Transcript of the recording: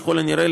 ככל הנראה,